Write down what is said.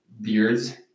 beards